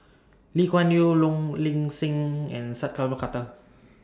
Lee Kuan Yew Low Ling Sing and Sat Pal Khattar